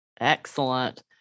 Excellent